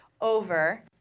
over